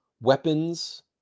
weapons